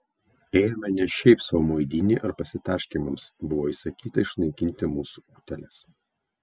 ėjome ne šiaip sau maudynei ar pasitaškymams buvo įsakyta išnaikinti mūsų utėles